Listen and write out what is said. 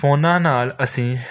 ਫੋਨਾਂ ਨਾਲ ਅਸੀਂ